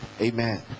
Amen